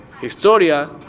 historia